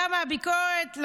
למה הביקורת?